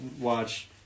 watch